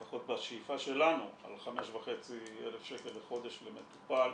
לפחות בשאיפה שלנו, על 5,500 לחודש למטופל.